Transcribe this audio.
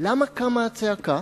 למה קמה הצעקה?